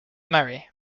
marry